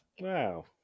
wow